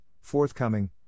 forthcoming